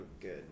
good